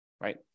right